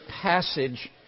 passage